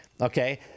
okay